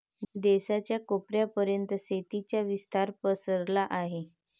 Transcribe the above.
देशाच्या कोपऱ्या पर्यंत शेतीचा विस्तार पसरला आहे